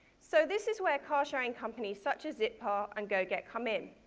so this is where car-sharing companies such as zipcar and goget come in.